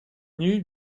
nue